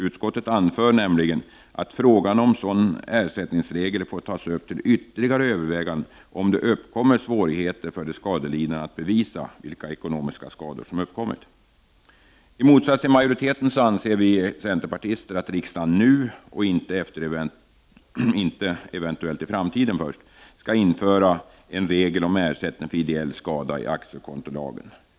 Utskottet anför nämligen att frågan om sådan ersättningsregel får tas upp till ytterli gare överväganden om det uppkommer svårigheter för de skadelidande att bevisa vilka ekonomiska skador som uppkommit. I motsats till majoriteten anser vi centerpartister att riksdagen nu — och inte eventuellt i framtiden — skall införa en regel om ersättning för ideell skada i aktiekontolagen.